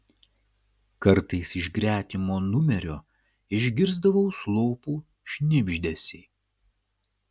kartais iš gretimo numerio išgirsdavau slopų šnibždesį